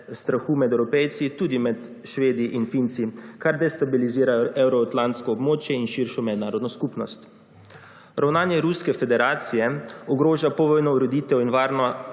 strahu med Evropejci, tudi med Švedi in Finci, kar destabilizira Evroatlantsko območje in širšo mednarodno skupnost. Ravnanje ruske federacije ogroža /nerazumljivo/ ureditev in varnost